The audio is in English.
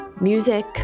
music